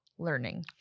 learning